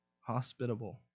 hospitable